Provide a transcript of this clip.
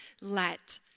let